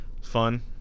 fun